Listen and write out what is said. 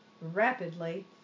rapidly